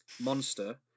monster